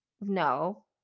No